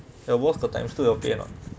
your boss got time still got play or not